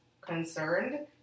concerned